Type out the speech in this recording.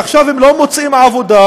ועכשיו הם לא מוצאים עבודה,